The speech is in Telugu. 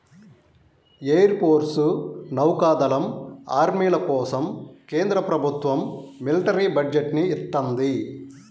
ఎయిర్ ఫోర్సు, నౌకా దళం, ఆర్మీల కోసం కేంద్ర ప్రభుత్వం మిలిటరీ బడ్జెట్ ని ఇత్తంది